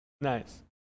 nice